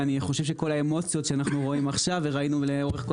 וכל האמוציות שאנחנו רואים עכשיו וראינו לאורך כל